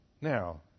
Now